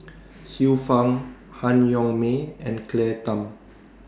Xiu Fang Han Yong May and Claire Tham